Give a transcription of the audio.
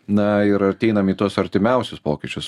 na ir ateinam į tuos artimiausius pokyčius